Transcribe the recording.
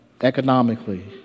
economically